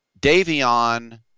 Davion